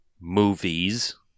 movies